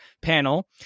panel